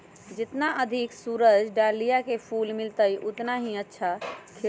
जितना अधिक सूरज डाहलिया के फूल मिलतय, उतना ही अच्छा खिलतय